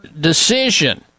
decision